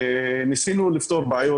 ניסינו לפתור בעיות,